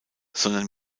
sondern